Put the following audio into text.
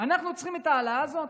את ההעלאה הזאת?